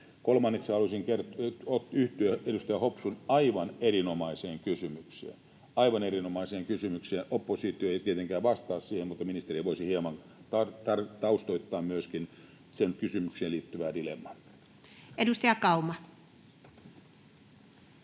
Kolmanneksi haluaisin yhtyä edustaja Hopsun aivan erinomaiseen kysymykseen — aivan erinomaiseen kysymykseen. Oppositio ei tietenkään vastaa siihen, mutta ministeri voisi hieman taustoittaa myöskin siihen kysymykseen liittyvää dilemmaa. [Speech 75]